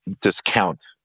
discount